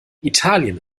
italien